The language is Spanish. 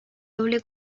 doble